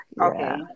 Okay